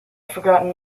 forgotten